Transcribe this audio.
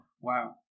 Wow